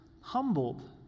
humbled